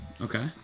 Okay